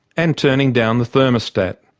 and turning down the thermostat.